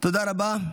תודה רבה.